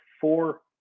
four